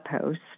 post